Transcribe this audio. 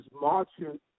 marching